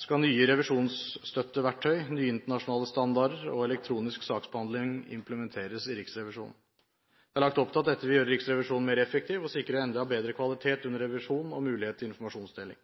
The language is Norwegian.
skal nye revisjonsstøtteverktøy, nye internasjonale standarder og elektronisk saksbehandling implementeres i Riksrevisjonen. Det er lagt opp til at dette vil gjøre Riksrevisjonen mer effektiv og sikre enda bedre kvalitet under revisjon og mulighet til informasjonsdeling.